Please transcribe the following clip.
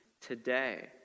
today